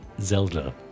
Zelda